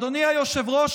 אדוני היושב-ראש,